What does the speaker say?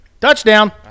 Touchdown